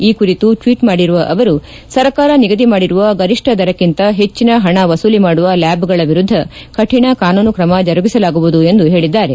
ಈ ಕುರಿತು ಟ್ವೀಟ್ ಮಾಡಿರುವ ಅವರು ಸರ್ಕಾರ ನಿಗದಿ ಮಾಡಿರುವ ಗರಿಷ್ಠ ದರಕ್ಕಿಂತ ಹೆಚ್ಚಿನ ಹಣ ವಸೂಲಿ ಮಾಡುವ ಲ್ಲಾಬ್ಗಳ ವಿರುದ್ದ ಕಠಿಣ ಕಾನೂನು ಕ್ರಮ ಜರುಗಿಸಲಾಗುವುದು ಎಂದು ಹೇಳಿದ್ದಾರೆ